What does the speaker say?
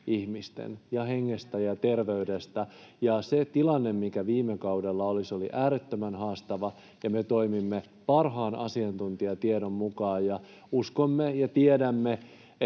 ihmisten hengestä ja terveydestä. [Pia Sillanpään välihuuto] Se tilanne, mikä viime kaudella oli, oli äärettömän haastava, ja me toimimme parhaan asiantuntijatiedon mukaan. Uskomme ja nimenomaan